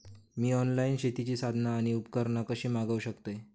मी online शेतीची साधना आणि उपकरणा कशी मागव शकतय?